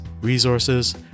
resources